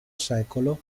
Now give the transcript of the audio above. secolo